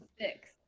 Six